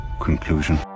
conclusion